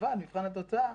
אבל במבחן התוצאה